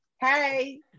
hey